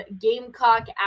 Gamecock